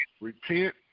Repent